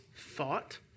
thought